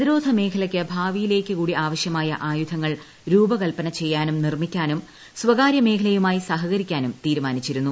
പ്രതിരോധ മേഖലയ്ക്ക് ഭാവിയിലേക്ക് കൂടി ആവശ്യമായി ആയുധങ്ങൾ രൂപകൽപ്പന ചെയ്യാനും നിർമ്മിക്കാനും സ്ഥകാര്യ മേഖലയുമായും സഹകരിക്കാനും തീരുമാനിച്ചിരുന്നു